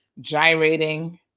gyrating